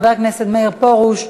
חבר הכנסת מאיר פרוש,